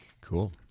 Cool